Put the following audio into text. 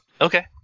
Okay